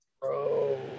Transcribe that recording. bro